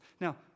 Now